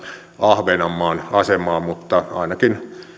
ahvenanmaan asemaa mutta ainakin